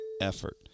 effort